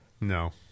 No